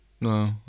No